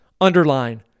underline